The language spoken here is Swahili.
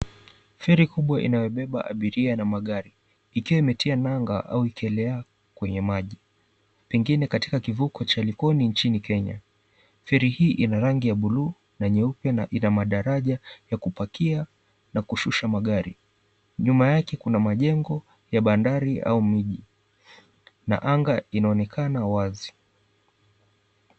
Feri kubwa inayobeba abiria na magari. Ikiwa imetia nanga au ikielea kwenye maji. Pengine katika kivuko cha Likoni nchini kenya. Feri hii ina rangi ya buluu na nyeupe na ina madaraja ya kupakia na kushusha magari. Nyuma yake kuna majengo ya bandari au miji na anga inaonekana wazi.